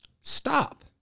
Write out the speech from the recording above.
stop